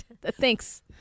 Thanks